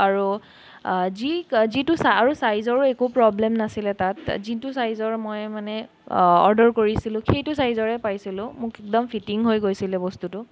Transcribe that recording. আৰু যি যিটো চা আৰু চাইজৰো একো প্ৰব্লেম নাছিলে তাত যিটো চাইজৰ মই মানে অৰ্ডাৰ কৰিছিলোঁ সেইটো চাইজৰে পাইছিলোঁ মোক একদম ফিটিং হৈ গৈছিলে বস্তুটো